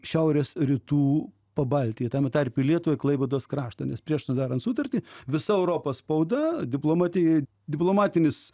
šiaurės rytų pabaltijį tame tarpe į lietuvą ir klaipėdos kraštą nes prieš sudarant sutartį visa europos spauda diplomatija diplomatinis